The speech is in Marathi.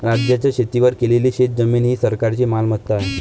राज्याच्या शेतीवर केलेली शेतजमीन ही सरकारची मालमत्ता आहे